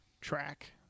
track